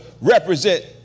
represent